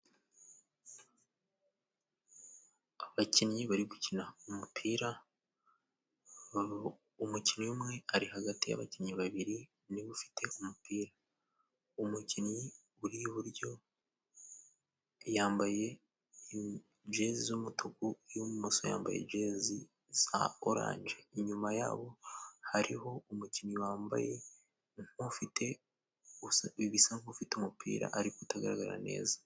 Abakinnyi bari gukina umupira, umukinnyi umwe ari hagati y'abakinnyi babiri, ni we ufite umupira. Umukinnyi uri iburyo yambaye jezi z'umutuku, uw'ibumoso yambaye jezi za oranje. Inyuma ya bo hariho umukinnyi wambaye nk'ufite ibisa nk'ufite umupira, ariko utagaragara neza.